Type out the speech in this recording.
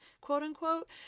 quote-unquote